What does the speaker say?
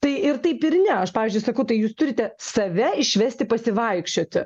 tai ir taip ir ne aš pavyzdžiui sakau tai jūs turite save išvesti pasivaikščioti